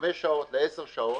לחמש שעות, לעשר שעות,